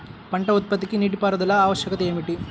పంట ఉత్పత్తికి నీటిపారుదల ఆవశ్యకత ఏమిటీ?